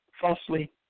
falsely